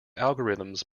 algorithms